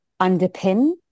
underpin